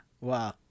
wow